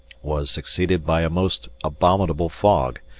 was succeeded by a most abominable fog,